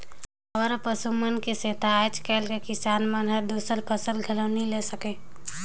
अवारा पसु मन के सेंथा आज कायल के किसान मन हर दूसर फसल घलो नई ले सके